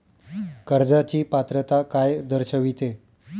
कर्जाची पात्रता काय दर्शविते?